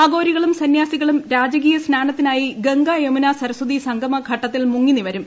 അഗോരികളും സന്യാസി കളും രാജകീയ സ്നാനത്തിനായി ഗംഗ യമുന സരസ്വതി സംഗമ ഘട്ടത്തിൽ മുങ്ങിനിവരും